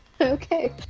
Okay